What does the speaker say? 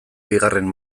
bigarren